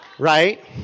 Right